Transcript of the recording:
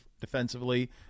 defensively